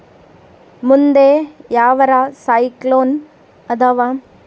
ಮುಂದೆ ಯಾವರ ಸೈಕ್ಲೋನ್ ಅದಾವ?